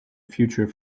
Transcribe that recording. future